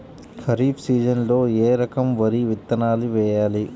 ఖరీఫ్ సీజన్లో ఏ రకం వరి విత్తనాలు వేయాలి?